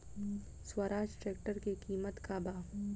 Swaraj tractor के किमत का बा?